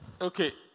Okay